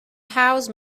house